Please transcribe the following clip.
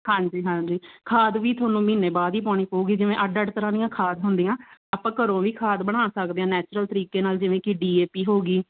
ਹਾਂਜੀ ਹਾਂਜੀ ਖਾਦ ਵੀ ਤੁਹਾਨੂੰ ਮਹੀਨੇ ਬਾਅਦ ਹੀ ਪਾਉਣੀ ਪਵੇਗੀ ਜਿਵੇਂ ਅੱਡ ਅੱਡ ਤਰ੍ਹਾਂ ਦੀਆਂ ਖਾਦ ਹੁੰਦੀਆਂ ਆਪਾਂ ਘਰੋਂ ਵੀ ਖਾਦ ਬਣਾ ਸਕਦੇ ਹਾਂ ਨੈਚੁਰਲ ਤਰੀਕੇ ਨਾਲ ਜਿਵੇਂ ਕਿ ਡੀਏਪੀ ਹੋ ਗਈ